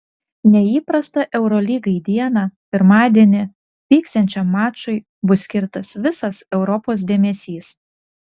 neįprastą eurolygai dieną pirmadienį vyksiančiam mačui bus skirtas visos europos dėmesys